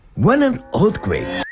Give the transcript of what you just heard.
when an earthquake,